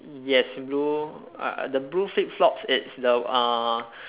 yes blue uh the blue flip flops it's the uh